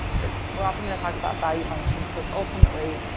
but we're often going to talk about value functions because ultimately,